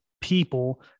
people